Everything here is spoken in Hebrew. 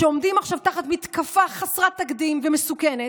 שעומדים עכשיו תחת מתקפה חסרת תקדים ומסוכנת,